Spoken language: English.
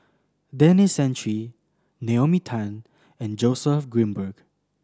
Denis Santry Naomi Tan and Joseph Grimberg